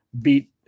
beat